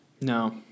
no